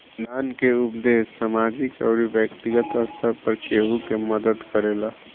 दान के उपदेस सामाजिक अउरी बैक्तिगत स्तर पर केहु के मदद करेला